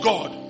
God